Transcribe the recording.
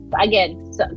Again